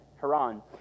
Haran